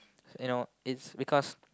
you know it's because